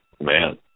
man